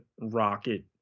Rocket